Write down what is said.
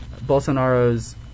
Bolsonaro's